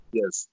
yes